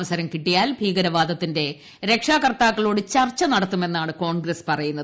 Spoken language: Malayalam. അവസരം കിട്ടിയാൽ ഭീകരവാദത്തിന്റെ രക്ഷകർത്താക്കളോട് ചർച്ച നടത്തുമെന്നാണ് കോൺഗ്രസ് പറയുന്നത്